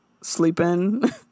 sleeping